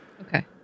Okay